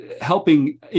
Helping